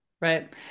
Right